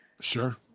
Sure